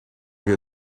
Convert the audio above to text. your